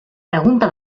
pregunta